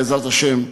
בעזרת השם,